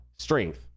Strength